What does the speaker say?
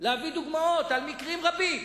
להביא דוגמאות על מקרים רבים